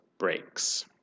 breaks